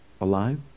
alive